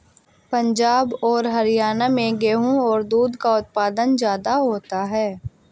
पंजाब और हरयाणा में गेहू और दूध का उत्पादन ज्यादा होता है